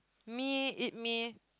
me it me